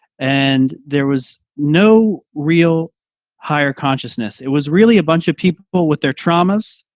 and there was no real higher consciousness. it was really a bunch of people with their traumas,